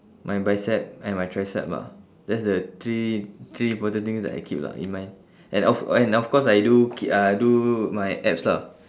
my bicep and my tricep lah that's the three three important things that I keep lah in mind and of and of course I do ke~ I do my abs lah